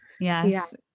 Yes